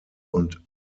und